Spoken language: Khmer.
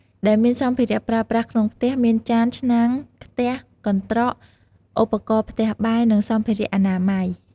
ដែលមានសម្ភារៈប្រើប្រាស់ក្នុងផ្ទះ មានចាន ឆ្នាំង ខ្ទះ កន្ត្រក ឧបករណ៍ផ្ទះបាយ និងសម្ភារៈអនាម័យ។